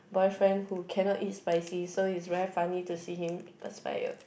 boyfriend who cannot eat spicy so is very funny to see him perspire